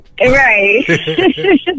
right